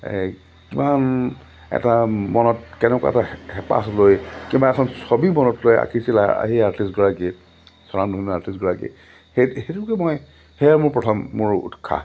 কিমান এটা মনত কেনেকুৱা এটা হেঁপাহ লৈ কিবা এখন ছবি মনত লৈ আঁকিছিল সেই আৰ্টিষ্টগৰাকীয়ে স্বনামধন্য আৰ্টিষ্টগৰাকীয়ে সেই সেইটোকে মই সেয়াই মোৰ প্ৰথম মোৰ উৎসাহ